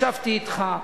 ישבתי אתך,